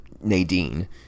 Nadine